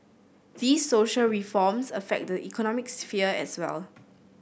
these social reforms affect the economic sphere as well